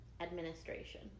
Administration